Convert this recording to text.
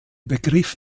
begriff